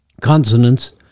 Consonants